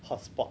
hotspot